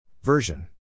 Version